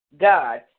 God